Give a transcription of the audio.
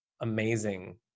amazing